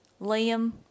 Liam